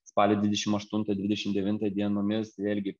spalio dvidešim aštuntą dvidešim devintą dienomis vėlgi